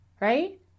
right